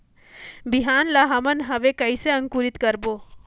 बिहान ला हमन हवे कइसे अंकुरित करबो?